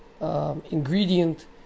ingredient